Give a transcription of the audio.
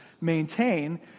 maintain